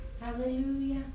Hallelujah